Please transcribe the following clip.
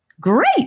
Great